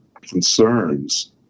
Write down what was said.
concerns